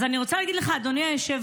אז אני רוצה להגיד לך, אדוני היושב-ראש: